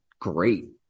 great